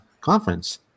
conference